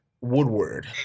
Woodward